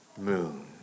moon